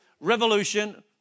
Revolution